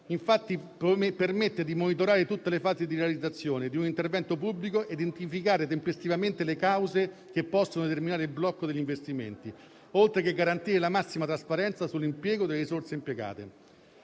infatti, permette di monitorare tutte le fasi di realizzazione di un intervento pubblico e di identificare tempestivamente le cause che possono determinare il blocco degli investimenti, oltre a garantire la massima trasparenza sull'impiego delle risorse.